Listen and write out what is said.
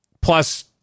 Plus